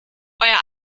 euer